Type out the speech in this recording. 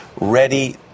ready